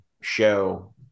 show